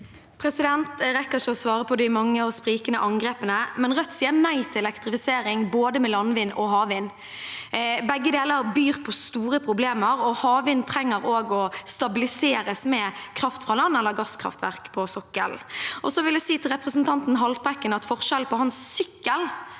Jeg rekker ikke å sva- re på de mange og sprikende angrepene, men Rødt sier nei til elektrifisering med både landvind og havvind. Begge deler byr på store problemer, og havvind trenger også å stabiliseres med kraft fra land eller gasskraftverk på sokkelen. Jeg vil si til representanten Haltbrekken at forskjellen på hans sykkel